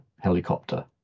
helicopter